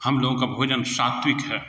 हम लोग का भोजन सात्विक है